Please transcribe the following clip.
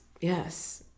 Yes